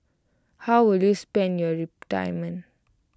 how will you spend your retirement